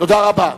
תודה רבה.